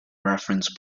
reference